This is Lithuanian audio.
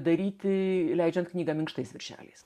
daryti leidžiant knygą minkštais viršeliais